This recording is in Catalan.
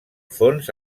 fons